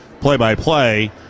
play-by-play